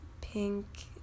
pink